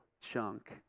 chunk